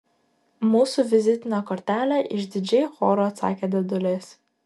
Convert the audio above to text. mūsų vizitinė kortelė išdidžiai choru atsakė dėdulės